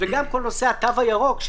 גם כל נושא התו הירוק,